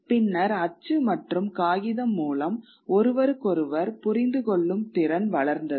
பின்னர் அச்சு மற்றும் காகிதம் மூலம் ஒருவருக்கொருவர் புரிந்துகொள்ளும் திறன் வளர்ந்தது